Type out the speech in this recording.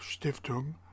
Stiftung